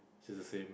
she's the same